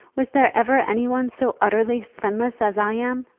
was there ever any one so utterly friendless as i am?